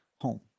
home